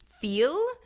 feel